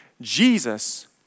Jesus